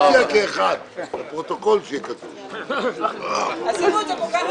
הישיבה ננעלה בשעה 16:10.